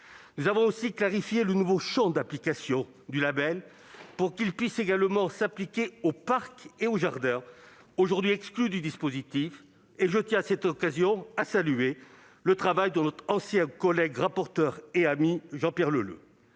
Nous avons aussi clarifié le nouveau champ d'application du label, pour qu'il puisse également s'appliquer aux parcs et jardins, aujourd'hui exclus du dispositif. Je tiens à cette occasion à saluer le travail de notre ancien collègue et rapporteur Jean-Pierre Leleux.